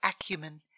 acumen